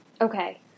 Okay